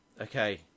Okay